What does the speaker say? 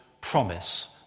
promise